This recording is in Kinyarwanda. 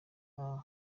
nta